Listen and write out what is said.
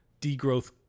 degrowth